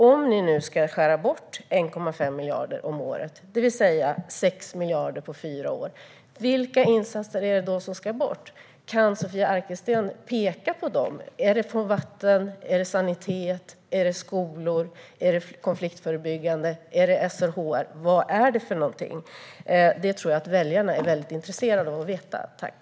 Om ni nu ska skära bort 1,5 miljarder om året, det vill säga 6 miljarder på fyra år, vilka insatser är det då som ska bort? Kan Sofia Arkelsten peka på dem? Är det vatten? Är det sanitet? Är det skolor? Är det konfliktförebyggande arbete? Är det SRHR? Vad är det som ska bort? Detta tror jag att väljarna är intresserade av att få veta.